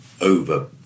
over